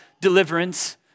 deliverance